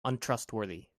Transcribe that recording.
untrustworthy